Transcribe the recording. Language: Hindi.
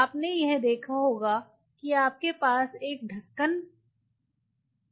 आपने यह देखा होगा कि आपके पास एक ढक्कन है